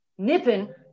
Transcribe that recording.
nipping